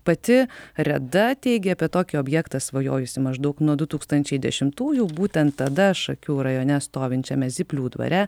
pati reda teigė apie tokį objektą svajojusi maždaug nuo du tūkstančiai dešimųjų būtent tada šakių rajone stovinčiame zyplių dvare